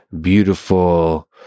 beautiful